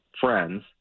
friends